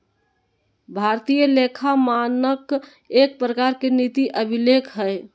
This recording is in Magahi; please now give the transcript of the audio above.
भारतीय लेखा मानक एक प्रकार के नीति अभिलेख हय